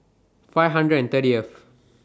five hundred and thirth